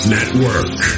Network